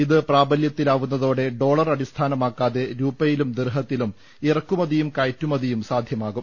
ഇത് പ്രാബലൃത്തിലാവുന്ന തോടെ ഡോളർ അടിസ്ഥാനമാക്കാതെ രൂപയിലും ദിർഹത്തിലും ഇറക്കുമതിയും കയറ്റുമതിയും സാധ്യമാകും